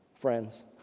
friends